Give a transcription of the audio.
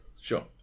Sure